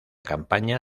campaña